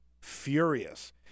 furious